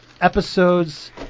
episodes